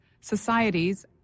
societies